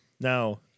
Now